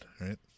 right